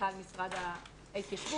מנכ"ל משרד ההתיישבות.